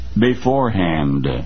beforehand